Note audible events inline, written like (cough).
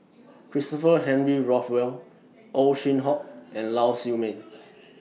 (noise) Christopher Henry Rothwell Ow Chin Hock and Lau Siew Mei